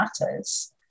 matters